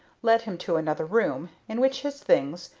led him to another room, in which his things,